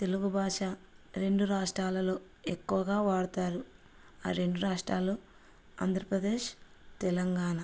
తెలుగు భాష రెండు రాష్ట్రాలలో ఎక్కువగా వాడతారు ఆ రెండు రాష్ట్రాలు ఆంధ్రప్రదేశ్ తెలంగాణ